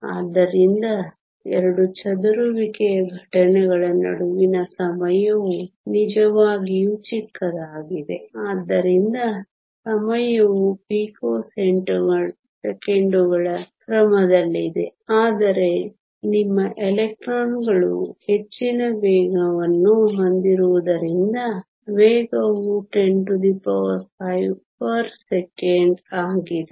ಆದ್ದರಿಂದ ಎರಡು ಚದುರುವಿಕೆಯ ಘಟನೆಗಳ ನಡುವಿನ ಸಮಯವು ನಿಜವಾಗಿಯೂ ಚಿಕ್ಕದಾಗಿದೆ ಆದ್ದರಿಂದ ಸಮಯವು ಪಿಕೋಸೆಕೆಂಡುಗಳ ಕ್ರಮದಲ್ಲಿದೆ ಆದರೆ ನಿಮ್ಮ ಎಲೆಕ್ಟ್ರಾನ್ಗಳು ಹೆಚ್ಚಿನ ವೇಗವನ್ನು ಹೊಂದಿರುವುದರಿಂದ ವೇಗವು 105 s 1 ಆಗಿದೆ